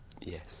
Yes